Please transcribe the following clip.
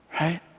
right